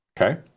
Okay